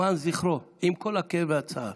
למען זכרו, עם כל הכאב והצער,